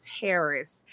Harris